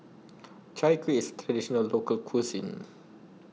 Chai Kueh IS Traditional Local Cuisine